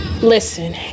listen